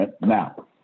Now